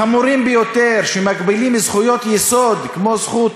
חמורים ביותר, שמגבילים זכויות יסוד, כמו זכות